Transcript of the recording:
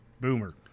Boomer